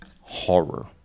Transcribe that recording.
horror